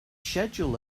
schedule